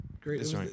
Great